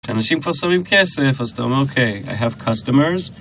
אנשים כבר שמים כסף, אז אתה אומר, אוקיי, I have customers.